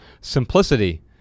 Simplicity